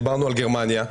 דיברנו על גרמניה,